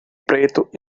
preto